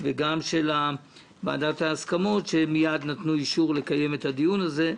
וגם של ועדת ההסכמות שמייד נתנו אישור לקיים את הדיון הזה.